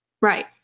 Right